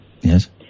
Yes